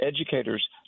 educators